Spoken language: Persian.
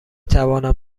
توانم